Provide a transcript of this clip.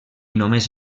només